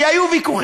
כי היו פה,